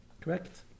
Correct